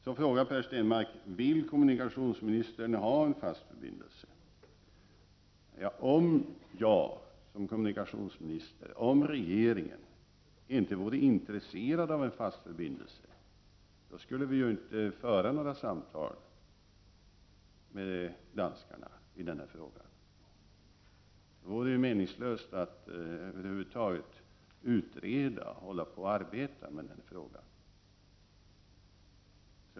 Så frågar Per Stenmarck: Vill kommunikationsministern ha en fast förbindelse över Öresund? Om jag som kommunikationsminister och regeringen inte hade något intresse för en fast förbindelse, skulle vi ju inte föra några samtal med danskarna i den frågan. Det vore meningslöst att över huvud taget utreda och hålla på att arbeta med den frågan.